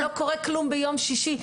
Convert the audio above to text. לא קורה כלום ביום שישי.